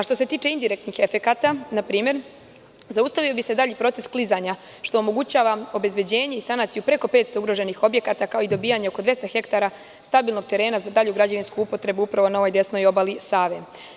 Što se tiče indirektnih efekata npr, zaustavio bi se dalji proces klizanja, što omogućava obezbeđenje i sanaciju preko 500 ugroženih objekata, kao i dobijanje oko 200 ha stabilnog terena za dalju građevinsku upotrebu, upravo na ovoj desnoj obali Save.